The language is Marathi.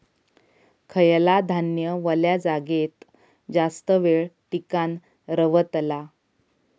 खयला धान्य वल्या जागेत जास्त येळ टिकान रवतला?